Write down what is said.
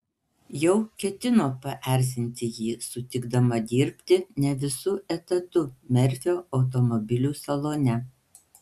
juk ketino paerzinti jį sutikdama dirbti ne visu etatu merfio automobilių salone